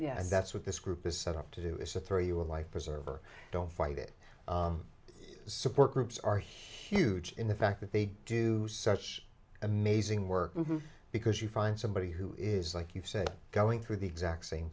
yes that's what this group is set up to do is to throw you a life preserver don't fight it support groups are huge in the fact that they do such amazing work because you find somebody who is like you said going through the exact same